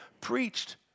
preached